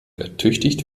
ertüchtigt